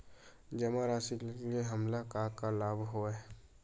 जमा राशि ले हमला का का लाभ हवय?